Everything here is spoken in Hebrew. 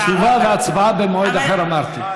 תשובה והצבעה במועד אחר, אמרתי.